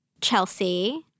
Chelsea